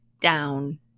down